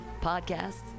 podcasts